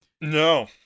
No